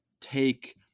take